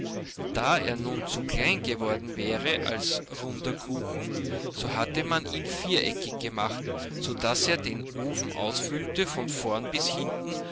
da er nun zu klein geworden wäre als runder kuchen so hatte man ihn viereckig gemacht so daß er den ofen ausfüllte von vorn bis hinten